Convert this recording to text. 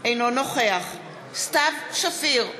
אינו נוכח סתיו שפיר,